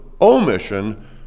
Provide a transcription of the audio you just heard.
omission